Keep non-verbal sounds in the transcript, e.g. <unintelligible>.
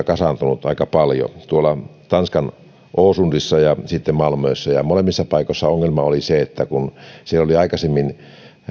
<unintelligible> kasaantunut aika paljon tanskan aarhusissa ja sitten malmössä ja molemmissa paikoissa ongelma oli se että kun siellä oli aikaisemmin